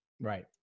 Right